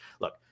look